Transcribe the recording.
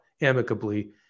amicably